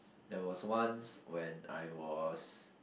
there was once when I was